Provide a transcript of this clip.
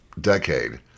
decade